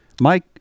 Mike